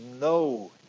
no